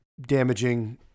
damaging